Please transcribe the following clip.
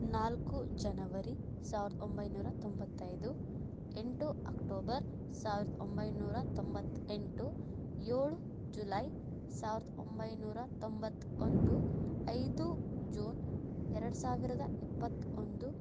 ನಾಲ್ಕು ಜನವರಿ ಸಾವಿರದ ಒಂಬೈನೂರ ತೊಂಬತ್ತೈದು ಎಂಟು ಅಕ್ಟೋಬರ್ ಸಾವಿರದ ಒಂಬೈನೂರ ತೊಂಬತ್ತ ಎಂಟು ಏಳು ಜುಲೈ ಸಾವಿರದ ಒಂಬೈನೂರ ತೊಂಬತ್ತ ಒಂದು ಐದು ಜೂನ್ ಎರಡ್ ಸಾವಿರದ ಇಪ್ಪತ್ತೊಂದು